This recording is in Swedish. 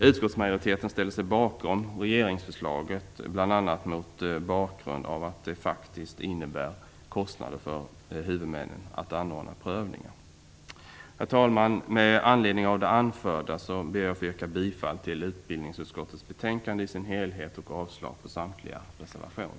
Utskottsmajoriteten ställer sig bakom regeringsförslaget, bl.a. med bakgrund av att det faktiskt innebär kostnader för huvudmännen att anordna prövningar. Herr talman! Med anledning av det anförda ber jag att få yrka bifall till utbildningsutskottets hemställan i dess helhet och avslag på samtliga reservationer.